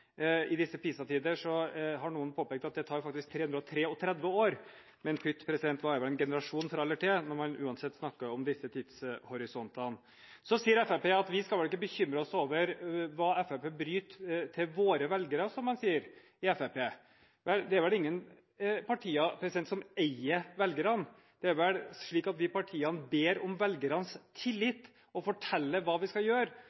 I disse PISA-tider har noen påpekt at det tar faktisk 333 år, men pytt – hva er vel en generasjon fra eller til, når man uansett snakker om disse tidshorisontene? Så sier Fremskrittspartiet at vi skal vel ikke bekymre oss over hva Fremskrittspartiet bryter – til våre velgere, som man sier i Fremskrittspartiet. Det er vel ingen partier som eier velgerne. Det er vel slik at de partiene ber om velgernes tillit og forteller hva vi skal gjør – og så skal vi gjøre